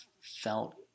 felt